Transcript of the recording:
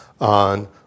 on